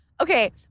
Okay